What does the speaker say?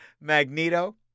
Magneto